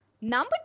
number